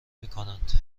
میکنند